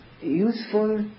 useful